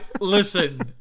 Listen